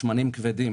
שמנים כבדים,